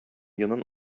йонын